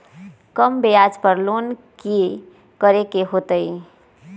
कम ब्याज पर लोन की करे के होतई?